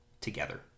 together